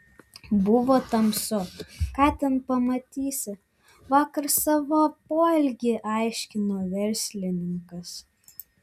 buvo tamsu ką ten pamatysi vakar savo poelgį aiškino verslininkas